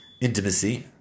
intimacy